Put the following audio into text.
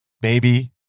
baby